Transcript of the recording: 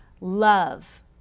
love